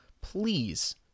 please